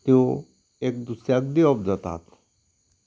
त्यो एक दुसऱ्याक दिवप जातात